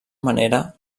manera